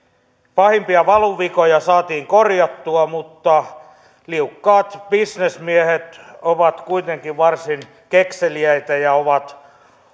pahimpia valuvikoja saatiin korjattua mutta liukkaat bisnesmiehet ovat kuitenkin varsin kekseliäitä ja ovat